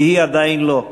והיא עדיין לא.